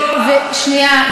שנייה.